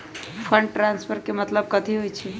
Fund transfer के मतलब कथी होई?